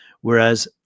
whereas